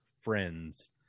Friends